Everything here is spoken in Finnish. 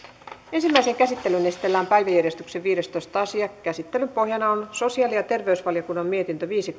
ensimmäiseen käsittelyyn esitellään päiväjärjestyksen viidestoista asia käsittelyn pohjana on sosiaali ja terveysvaliokunnan mietintö viisi